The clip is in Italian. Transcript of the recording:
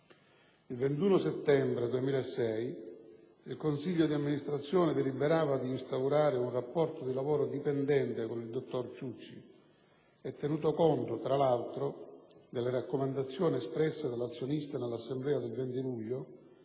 Il 21 settembre 2006 il consiglio di amministrazione deliberava di instaurare un rapporto di lavoro dipendente con il dottor Ciucci e, tenuto conto, tra l'altro, delle raccomandazioni espresse dall'azionista nell'assemblea del 20 luglio,